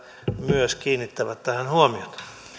myös kiinnittävät tähän huomiota